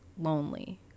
lonely